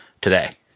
today